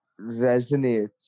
resonates